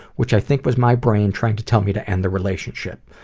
which i think was my brain trying to tell me to end the relationship.